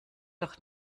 doch